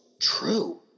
true